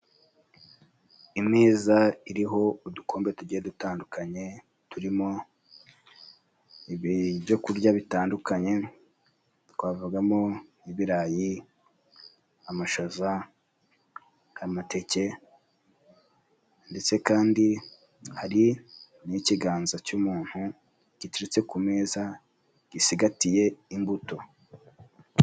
Imeza iriho udukombe tugiye dutandukanye, turimo ibyo kurya bitandukanye, twavugamo: nk'ibirayi ,amashaza, amateke, ndetse kandi hari n'ikiganza cy'umuntu giterutse ku meza gisigatiye imbuto.